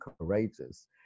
courageous